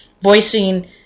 voicing